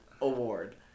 award